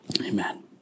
Amen